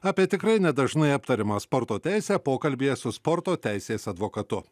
apie tikrai ne dažnai aptariamą sporto teisę pokalbyje su sporto teisės advokatu